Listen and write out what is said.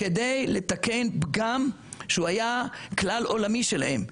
כדי לתקן פגם שהיה כלל עולמי שלהם,